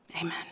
amen